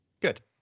Good